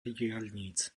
diaľnic